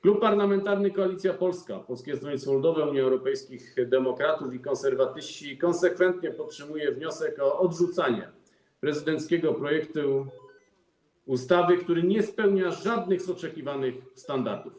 Klub Parlamentarny Koalicja Polska - Polskie Stronnictwo Ludowe, Unia Europejskich Demokratów i Konserwatyści konsekwentnie podtrzymuje wniosek o odrzucenie prezydenckiego projektu ustawy, który nie spełnia żadnych z oczekiwanych standardów.